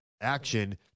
action